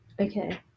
Okay